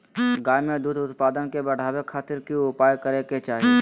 गाय में दूध उत्पादन के बढ़ावे खातिर की उपाय करें कि चाही?